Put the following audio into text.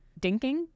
Dinking